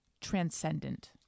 transcendent